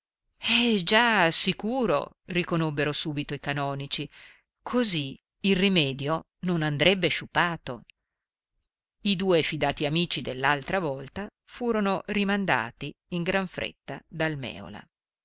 eh già sicuro riconobbero subito i canonici così il rimedio non andrebbe sciupato i due fidati amici dell'altra volta furono rimandati in gran fretta dal mèola